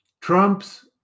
Trump's